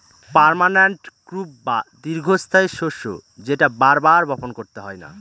permanent crop বা দীর্ঘস্থায়ী শস্য যেটা বার বার বপন করতে হয় না